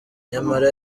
nyamara